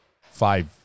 five